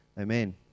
Amen